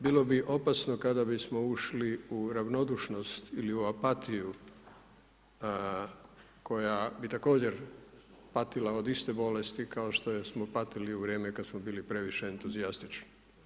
Bilo bi opasno kada bismo ušli u ravnodušnost ili u apatiju koja bi također patila od iste bolesti kao što smo patili u vrijeme kada smo bili previše entuzijastični.